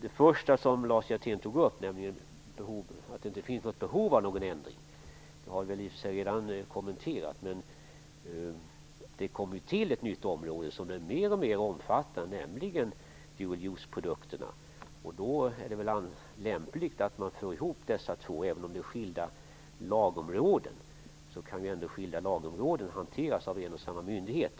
Det första som Lars Hjertén tog upp, nämligen att det inte finns något behov en ändring, har väl i och för sig redan kommenterats. Men det tillkommer ju ett nytt område när det gäller dual use-produkterna som blir alltmer omfattande. Då är det väl lämligt att man för ihop dessa områden. Även om det handlar om skilda lagområden kan de ju ändå hanteras av en och samma myndighet.